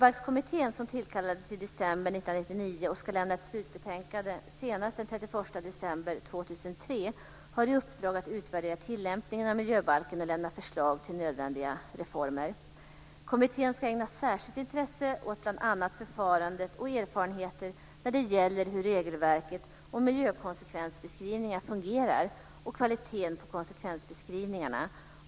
1999 och ska lämna ett slutbetänkande senast den 31 december 2003, har i uppdrag att utvärdera tillämpningen av miljöbalken och lämna förslag till nödvändiga reformer. Kommittén ska ägna särskilt intresse åt bl.a. förfarandet och erfarenheter när det gäller hur regelverket om miljökonsekvensbeskrivningar fungerar och kvaliteten på konsekvensbeskrivningarna.